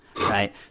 right